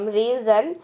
reason